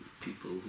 people